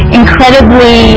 incredibly